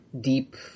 deep